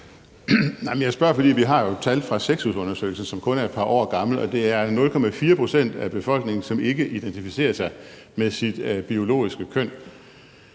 Jeg spørger, fordi vi jo har tal fra SEXUS-undersøgelsen, som kun er et par år gammel, og det er 0,4 pct. af befolkningen, som ikke identificerer sig med deres biologiske køn.